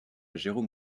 jérôme